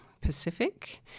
Pacific